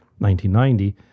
1990